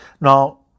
Now